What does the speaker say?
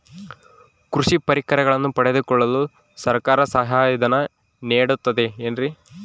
ಕೃಷಿ ಪರಿಕರಗಳನ್ನು ಪಡೆದುಕೊಳ್ಳಲು ಸರ್ಕಾರ ಸಹಾಯಧನ ನೇಡುತ್ತದೆ ಏನ್ರಿ?